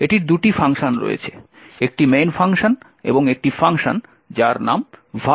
এটির দুটি ফাংশন রয়েছে একটি main ফাংশন এবং একটি ফাংশন যার নাম vuln